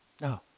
no